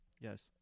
Yes